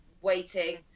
waiting